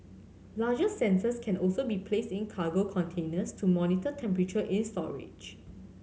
larger sensors can also be placed in cargo containers to monitor temperature in storage